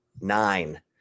nine